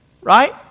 Right